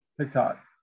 TikTok